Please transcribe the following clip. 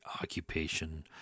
occupation